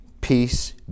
Peace